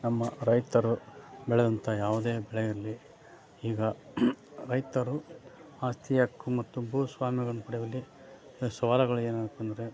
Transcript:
ನಮ್ಮ ರೈತರು ಬೆಳೆದಂಥ ಯಾವುದೇ ಬೆಳೆ ಇರಲಿ ಈಗ ರೈತರು ಆಸ್ತಿಯ ಹಕ್ಕು ಮತ್ತು ಭೂಸ್ವಾಮ್ಯವನ್ನು ಪಡೆಯುವಲ್ಲಿ ಸವಾಲುಗಳು ಏನಪ್ಪಾ ಅಂದರೆ